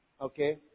Okay